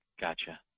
Gotcha